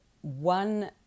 one